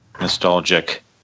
nostalgic